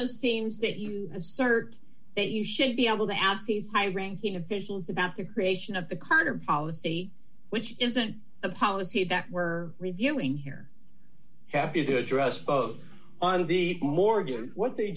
themes that you assert that you should be able to ask these high ranking officials about the creation of the carter policy which isn't a policy that we're reviewing here happy to address both on the morgan what they